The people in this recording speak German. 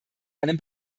einem